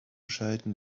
schalten